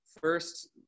first